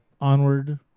onward